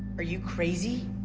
are you crazy?